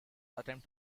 attempt